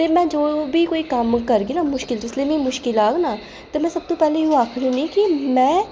ते में जो बी कोई बी कम्म करगी ना मुश्कल ते जिसलै मिगी मुश्कल आह्ग ना ते में सब तू पैह्लें इ'यै आखनी होन्नी कि में